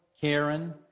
Karen